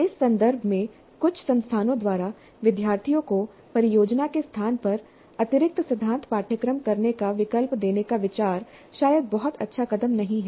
इस सन्दर्भ में कुछ संस्थानों द्वारा विद्यार्थियों को परियोजना के स्थान पर अतिरिक्त सिद्धांत पाठ्यक्रम करने का विकल्प देने का विचार शायद बहुत अच्छा कदम नहीं है